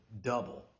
double